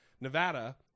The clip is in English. Nevada